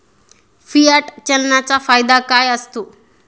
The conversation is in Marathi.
फियाट चलनाचा फायदा काय असतो?